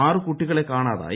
ആറ് കുട്ടികളെ കാണാതായി